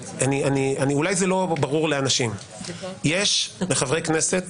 אולי זה לא ברור לאנשים: יש לחברי כנסת,